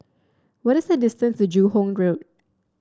what is the distance to Joo Hong Road